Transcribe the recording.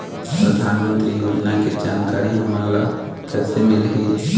परधानमंतरी योजना के जानकारी हमन ल कइसे मिलही?